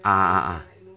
ah ah ah